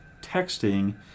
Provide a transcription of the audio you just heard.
texting